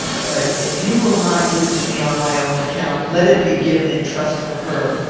but, if you will not give it to me on my own account, let it be given in trust for her.